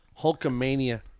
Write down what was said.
Hulkamania